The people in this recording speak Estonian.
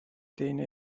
teine